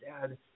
dad